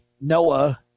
noah